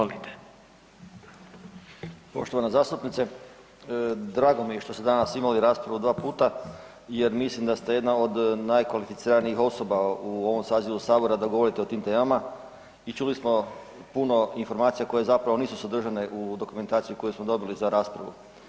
Poštovana zastupnice, drago mi je što ste danas imali raspravu dva puta jer mislim da ste jedna od najkvalificiranijih osoba u ovom sazivu sabora da govorite o tim temama i čuli smo puno informacija koje zapravo nisu sadržane u dokumentaciji koju smo dobili za raspravu.